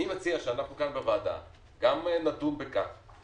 אני מציע אנחנו כאן בוועדה גם נדון בכך